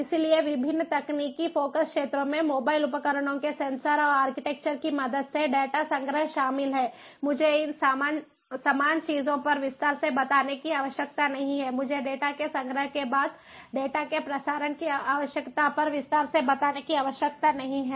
इसलिए विभिन्न तकनीकी फोकस क्षेत्रों में मोबाइल उपकरणों के सेंसर और आर्किटेक्चर की मदद से डेटा संग्रह शामिल है मुझे इन समान चीजों पर विस्तार से बताने की आवश्यकता नहीं है मुझे डेटा के संग्रह के बाद डेटा के प्रसारण की आवश्यकता पर विस्तार से बताने की आवश्यकता नहीं है